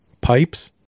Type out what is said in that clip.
pipes